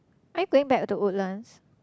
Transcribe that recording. are you going back to Woodlands